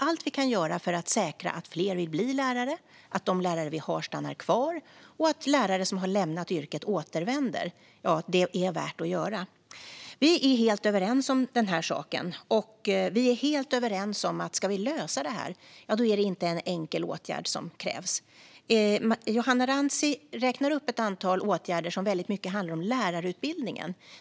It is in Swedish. Allt vi kan göra för att säkra att fler vill bli lärare, att de lärare vi har stannar kvar och att lärare som har lämnat yrket återvänder är också värt att göra. Vi är helt överens om den här saken. Vi är helt överens om att om vi ska lösa detta är det inte en enkel åtgärd som krävs. Johanna Rantsi räknar upp ett antal åtgärder som i mycket handlar om lärarutbildningen.